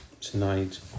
tonight